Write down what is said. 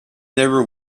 never